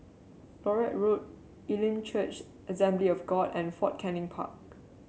Larut Road Elim Church Assembly of God and Fort Canning Park